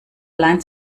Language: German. allein